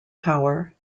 power